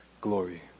glory